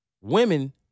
women